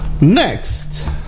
Next